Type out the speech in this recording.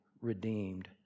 redeemed